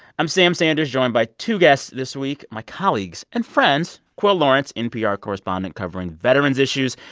i'm sam sanders, joined by two guests this week, my colleagues and friends quil lawrence, npr correspondent covering veterans' issues,